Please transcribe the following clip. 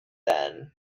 then